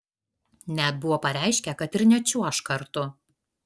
net buvo pareiškę kad ir nečiuoš kartu